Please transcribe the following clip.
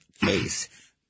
case